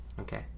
okay